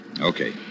Okay